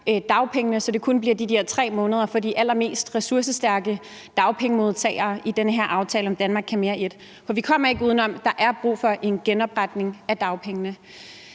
dagpengene, så det kun bliver de der 3 måneder for de allermest ressourcestærke dagpengemodtagere i den her aftale »Danmark kan mere I«. For vi kommer ikke uden om, at der er brug for en genopretning af dagpengene.